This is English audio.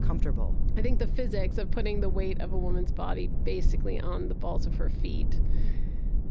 comfortable i think the physics of putting the weight of a woman's body basically on the balls of her feet